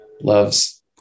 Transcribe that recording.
loves